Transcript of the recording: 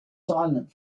silent